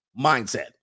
mindset